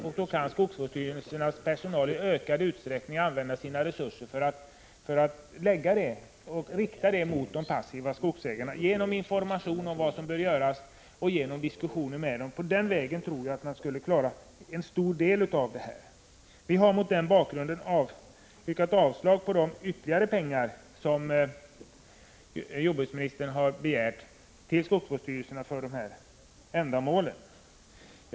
Personalen där kunde då i ökad utsträck 15 ning rikta sina resurser mot de passiva skogsägarna, föra diskussioner med dem och ge dem information om vad som bör göras. Jag tror att man på den vägen skulle klara av en stor del av detta. Vi har mot den bakgrunden yrkat avslag på jordbruksministerns förslag om ytterligare medel till skogsvårdsstyrelserna för detta ändamål.